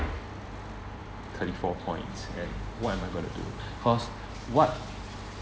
thirty four points and what am I gonna do cause what